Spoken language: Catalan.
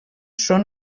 són